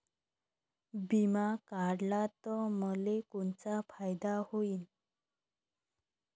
बिमा काढला त मले कोनचा फायदा होईन?